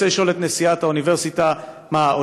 ואני רוצה לשאול את נשיאת האוניברסיטה: מה,